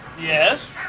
Yes